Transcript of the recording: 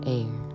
air